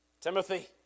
Timothy